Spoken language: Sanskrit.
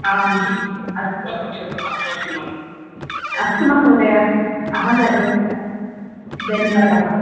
आम् अस्तु अस्तु महोदय अहं करोमि धन्यवादः